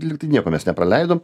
lygtai nieko mes nepraleidom